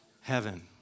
heaven